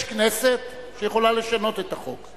יש כנסת שיכולה לשנות את החוק.